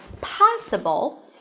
possible